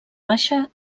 baixa